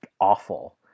awful